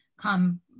come